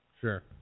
Sure